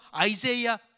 Isaiah